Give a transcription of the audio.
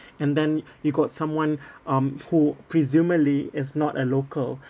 and then you got someone um who presumably is not a local